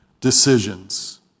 decisions